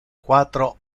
quatro